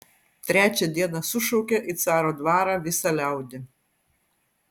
trečią dieną sušaukė į caro dvarą visą liaudį